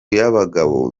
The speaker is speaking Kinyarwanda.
y’abagabo